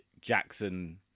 Jackson